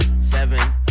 Seven